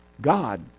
God